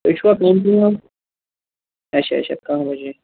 تُہۍ چھُوا اچھا اچھا کاہ بَجے